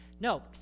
No